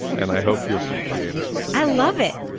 and i hope you appreciate it i love it.